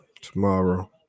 tomorrow